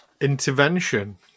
intervention